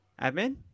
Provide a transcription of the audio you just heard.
Admin